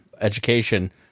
education